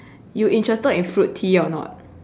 you interested in fruit tea or not